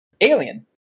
Alien